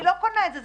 אני לא קונה את זה.